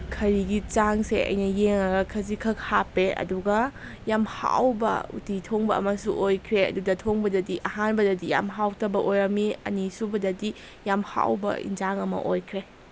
ꯈꯔꯤꯒꯤ ꯆꯥꯡꯁꯦ ꯑꯩꯅ ꯌꯦꯡꯉꯒ ꯈꯖꯤꯛꯈꯛ ꯍꯥꯞꯄꯦ ꯑꯗꯨꯒ ꯌꯥꯝ ꯍꯥꯎꯕ ꯎꯇꯤ ꯊꯣꯡꯕ ꯑꯃꯁꯨ ꯑꯣꯏꯈ꯭ꯔꯦ ꯑꯗꯨꯗ ꯊꯣꯡꯕꯗꯗꯤ ꯑꯍꯥꯟꯕꯗꯗꯤ ꯌꯥꯝ ꯍꯥꯎꯇꯕ ꯑꯣꯏꯔꯝꯃꯤ ꯑꯅꯤꯁꯨꯕꯗꯗꯤ ꯌꯥꯝ ꯍꯥꯎꯕ ꯑꯦꯟꯁꯥꯡ ꯑꯃ ꯑꯣꯏꯈ꯭ꯔꯦ